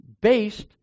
based